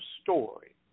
story